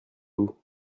vous